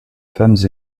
femmes